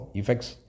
effects